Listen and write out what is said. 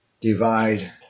divide